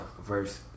verse